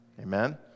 Amen